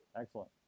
Excellent